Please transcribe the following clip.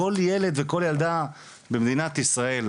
לכל ילד וכל ילדה במדינת ישראל.